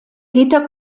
peter